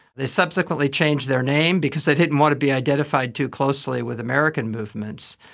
they subsequently changed their name because they didn't want to be identified too closely with american movements.